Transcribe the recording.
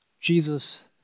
Jesus